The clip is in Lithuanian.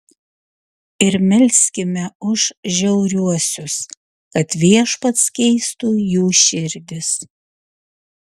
ir melskime už žiauriuosius kad viešpats keistų jų širdis